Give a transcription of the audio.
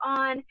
on